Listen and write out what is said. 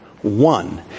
One